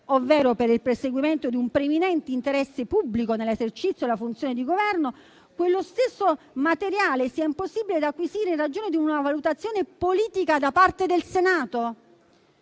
ovvero per il perseguimento di un preminente interesse pubblico nell'esercizio della funzione di Governo - quello stesso materiale sia impossibile da acquisire in ragione di una valutazione politica da parte del Senato?